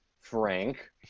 Frank